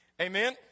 Amen